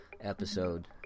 episode